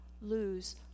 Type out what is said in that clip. lose